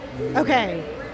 okay